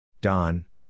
Don